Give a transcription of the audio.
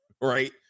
right